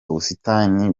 ubusitani